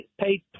paid